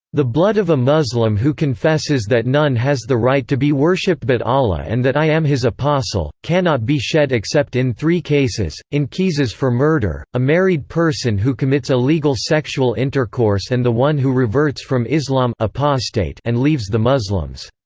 the blood of a muslim who confesses that none has the right to be worshipped but allah and that i am his apostle, cannot be shed except in three cases in qisas for murder, a married person who commits illegal sexual intercourse and the one who reverts from islam and leaves the muslims.